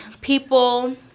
people